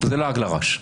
זה לעג לרש.